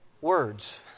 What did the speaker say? words